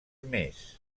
més